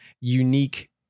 unique